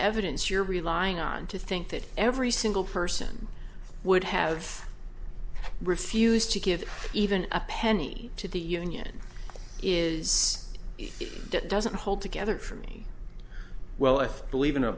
evidence you're relying on to think that every single person would have refused to give even a penny to the union is if it doesn't hold together for me well i believe in a